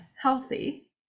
healthy